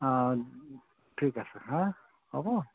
ঠিক আছে হা হ'ব